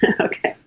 Okay